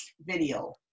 video